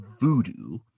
voodoo